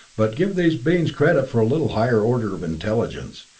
but give these beings credit for a little higher order of intelligence.